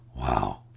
wow